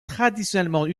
traditionnellement